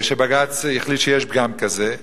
שבג"ץ החליט שיש פגם כזה.